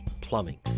Plumbing